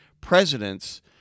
presidents